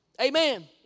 Amen